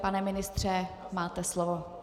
Pane ministře, máte slovo.